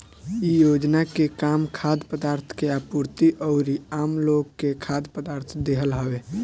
इ योजना के काम खाद्य पदार्थ के आपूर्ति अउरी आमलोग के खाद्य पदार्थ देहल हवे